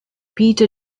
peter